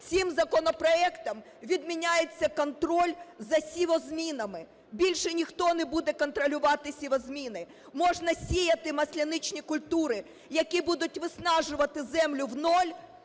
Цим законопроектом відміняється контроль за сівозмінами. Більше ніхто не буде контролювати сівозміни. Можна сіяти масляничні культури, які будуть виснажувати землю в нуль,